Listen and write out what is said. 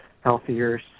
healthier